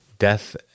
Death